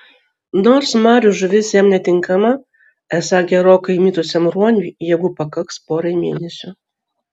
nors marių žuvis jam netinkama esą gerokai įmitusiam ruoniui jėgų pakaks porai mėnesių